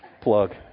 plug